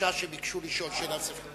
שלושה שביקשו לשאול שאלה נוספת.